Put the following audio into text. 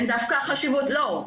לא.